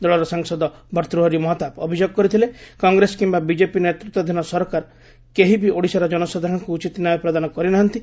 ଦଳର ସାଂସଦ ଭର୍ତ୍ତୃହରି ମହତାବ ଅଭିଯୋଗ କରିଥିଲେ କଂଗ୍ରେସ କିମ୍ବା ବିଜେପି ନେତୃତ୍ୱାଧୀନ ସରକାର କେହିବି ଓଡ଼ିଶାର ଜନସାଧାରଣଙ୍କୁ ଉଚିତ ନ୍ୟାୟ ପ୍ରଦାନ କରିନାହାନ୍ତି